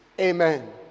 Amen